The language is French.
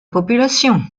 population